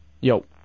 Yo